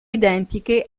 identiche